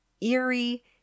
eerie